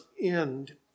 end